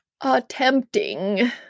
attempting